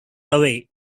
away